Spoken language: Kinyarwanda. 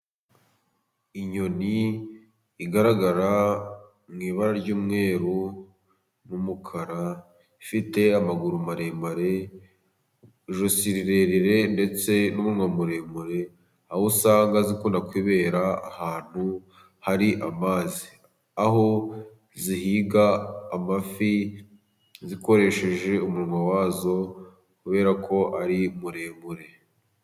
Inyoni igaragara mu ibara ry'umweru n'umukara ifite amaguru maremare, ijosi rirerire ndetse n'umunwa muremure. Aho usanga zikunda kwibera ahantu hari amazi aho zihiga amafi zikoresheje umunwa wazo kubera ko ari muremure.